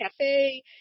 cafe